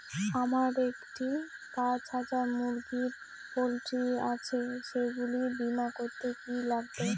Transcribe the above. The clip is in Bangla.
আমার একটি পাঁচ হাজার মুরগির পোলট্রি আছে সেগুলি বীমা করতে কি লাগবে?